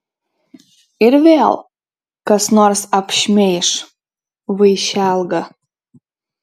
ir vėl kas nors apšmeiš vaišelgą